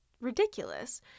ridiculous